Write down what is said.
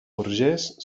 burgès